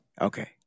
Okay